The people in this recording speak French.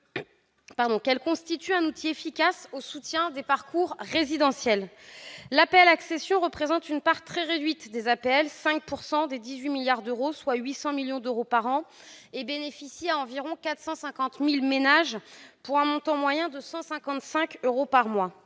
certes pas le seul -de soutien aux parcours résidentiels. L'APL-accession représente une part très réduite des APL : 5 % des 18 milliards d'euros, soit 800 millions d'euros par an. Elle concerne environ 450 000 ménages, pour un montant moyen de 155 euros par mois.